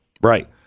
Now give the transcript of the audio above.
Right